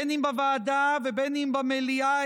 בין אם בוועדה ובין אם במליאה,